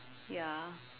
ya